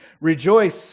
rejoice